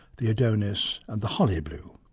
the adonis and the holly blue.